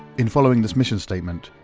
in following this mission statement,